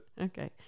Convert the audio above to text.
Okay